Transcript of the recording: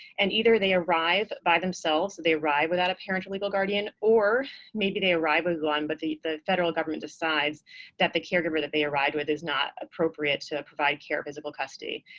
and either they arrive by themselves, so they arrive without a parent or legal guardian, or maybe they arrived with one, but the the federal government decides that the caregiver that they arrived with is not appropriate to provide care or physical custody.